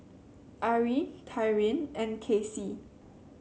Ari Tyrin and Kasie